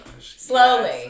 Slowly